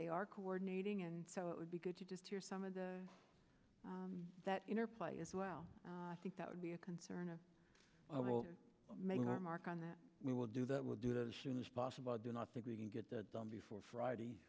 they are coordinating and so it would be good to just hear some of the that interplay as well i think that would be a concern of making our mark on that we will do that will do it as soon as possible do not think we can get that done before friday